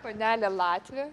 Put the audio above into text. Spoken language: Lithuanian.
panelė latvė